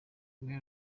rwe